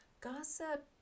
Gossip